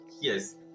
Yes